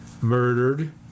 murdered